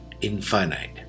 infinite